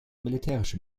militärische